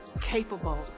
Capable